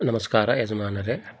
ನಮಸ್ಕಾರ ಯಜಮಾನರೆ